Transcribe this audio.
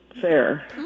fair